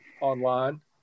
online